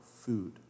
food